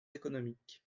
économiques